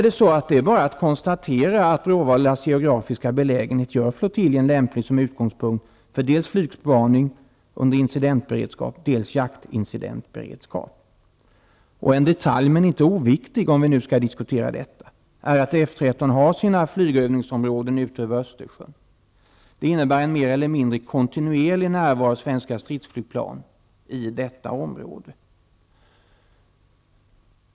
Det är bara att konstatera att Bråvallas geografiska belägenhet gör flottiljen lämplig som utgångspunkt för dels flygspaning under incidentberedskap, dels jaktincidentberedskap. En detalj, men inte en oviktig detalj, om vi skall diskutera detta är att F 13 har sina flygövningsområden ut över Östersjön. Det innebär en mer eller mindre kontinuerlig närvaro av svenska stridsflygplan i detta område.